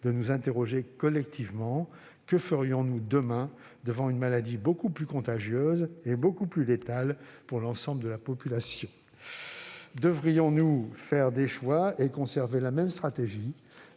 de nous interroger collectivement : que ferions-nous demain devant une maladie beaucoup plus contagieuse et beaucoup plus létale pour l'ensemble de la population ? Bonne question ... Devrions-nous faire des choix et conserver la même stratégie ?